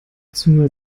zur